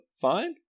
Fine